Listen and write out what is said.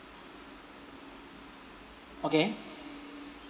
okay